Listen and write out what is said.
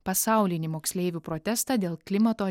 pasaulinį moksleivių protestą dėl klimato